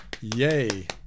yay